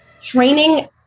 training